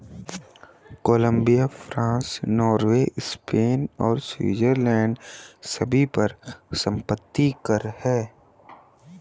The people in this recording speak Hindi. कोलंबिया, फ्रांस, नॉर्वे, स्पेन और स्विट्जरलैंड सभी पर संपत्ति कर हैं